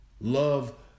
love